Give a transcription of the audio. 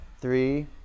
three